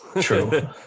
True